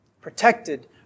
Protected